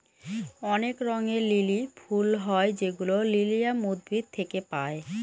অনেক রঙের লিলি ফুল হয় যেগুলো লিলিয়াম উদ্ভিদ থেকে পায়